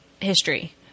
history